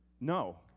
No